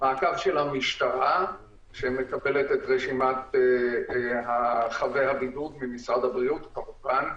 מעקב של המשטרה שמקבלת את רשימת חבי הבידוד ממשרד הבריאות כמובן.